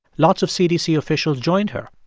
lots of cdc officials joined her,